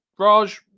Raj